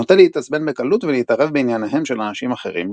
נוטה להתעצבן בקלות ולהתערב בענייניהם של אנשים אחרים.